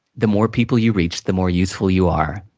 the more people you reach, the more useful you are.